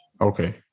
Okay